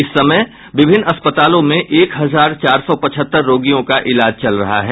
इस समय विभिन्न अस्पतालों में एक हजार चार सौ पचहत्तर रोगियों का इलाज चल रहा है